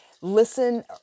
listen